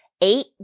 eight